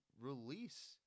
release